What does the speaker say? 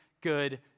good